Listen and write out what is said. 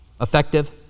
effective